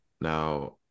Now